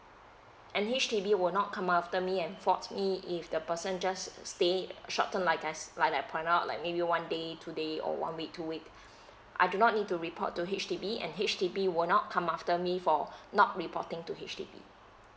and H_D_B will not come after me and forks me if the person just stayed short term like I like I point out like maybe one day two day or one week two week I do not need to report to H_D_B and H_D_B will not come after me for not reporting to H_D_B